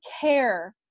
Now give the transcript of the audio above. care